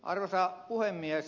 arvoisa puhemies